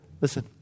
Listen